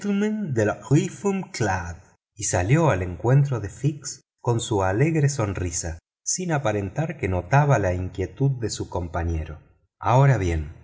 y salió al encuentro de fix con su alegre sonrisa sin aparentar que notaba la inquietud de su compañero ahora bien